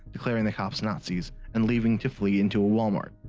declaring the cops nazis, and leaving to flee into a walmart.